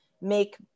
make